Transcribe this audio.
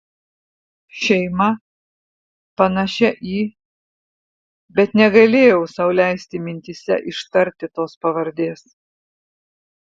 šeima panašia į bet negalėjau sau leisti mintyse ištarti tos pavardės